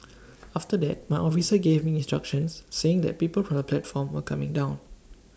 after that my officer gave me instructions saying that people from the platform were coming down